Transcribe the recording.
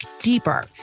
deeper